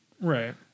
Right